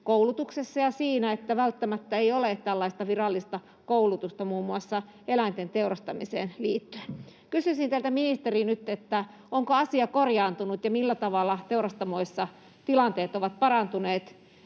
koulutuksessa ja siinä, että välttämättä ei ole tällaista virallista koulutusta muun muassa eläinten teurastamiseen liittyen. Kysyisin teiltä, ministeri, nyt: onko asia korjaantunut, ja millä tavalla teurastamoissa tilanteet ovat parantuneet